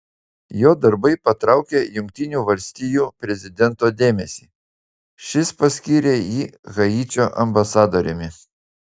jo darbai patraukė jungtinių valstijų prezidento dėmesį šis paskyrė jį haičio ambasadoriumi